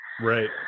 Right